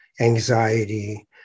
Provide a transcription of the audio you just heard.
anxiety